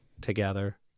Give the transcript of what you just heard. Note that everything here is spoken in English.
together